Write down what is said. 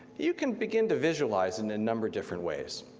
you can begin to visualize in a number of different ways.